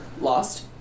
Lost